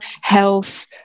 health